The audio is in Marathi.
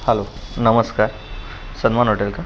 हॅलो नमस्कार सन्मान हॉटेल का